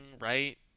right